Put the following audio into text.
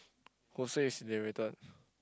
is